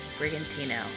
Brigantino